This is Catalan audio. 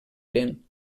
eren